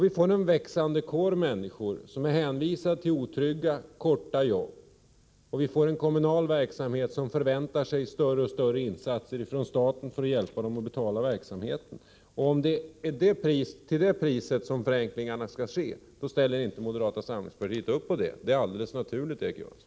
Vi får en växande kår människor som är hänvisade till otrygga, korta jobb, och vi får en kommunal verksamhet som förväntar sig större och större insatser från staten för att hjälpa till att betala verksamheten, Om det är till det priset som förenklingarna skall ske, ställer inte moderata samlingspartiet upp. Det är alldeles naturligt, Erik Johansson.